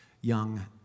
young